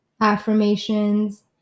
affirmations